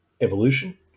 evolution